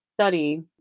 study